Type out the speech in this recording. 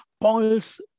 Paul's